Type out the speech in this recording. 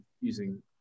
using